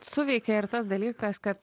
suveikė ir tas dalykas kad